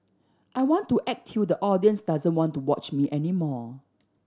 I want to act till the audience doesn't want to watch me any more